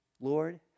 Lord